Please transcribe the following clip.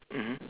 mmhmm